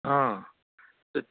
हां तर